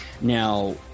Now